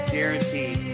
Guaranteed